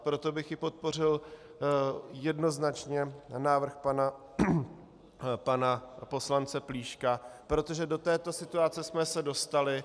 Proto bych podpořil jednoznačně návrh pana poslance Plíška, protože do této situace jsme se dostali.